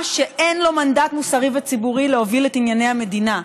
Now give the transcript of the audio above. שאין לו מנדט מוסרי וציבורי להוביל את ענייני המדינה?